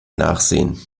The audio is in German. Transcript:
nachsehen